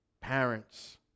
parents